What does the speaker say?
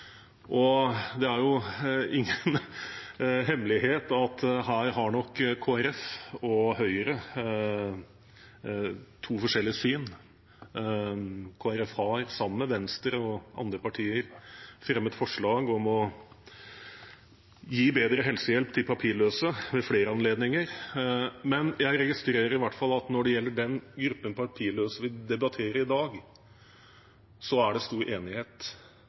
Det er ingen hemmelighet at Kristelig Folkeparti og Høyre nok har to forskjellige syn her. Kristelig Folkeparti har, sammen med Venstre og andre partier, ved flere anledninger fremmet forslag om å gi bedre helsehjelp til papirløse. Men jeg registrerer i hvert fall at når det gjelder den gruppen papirløse vi debatterer i dag, er det stor enighet